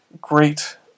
great